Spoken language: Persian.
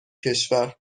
کشور